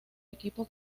equipo